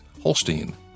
Holstein